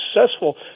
successful